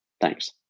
Thanks